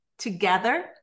Together